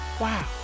Wow